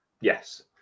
Yes